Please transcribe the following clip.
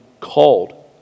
called